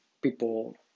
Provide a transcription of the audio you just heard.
people